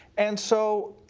and so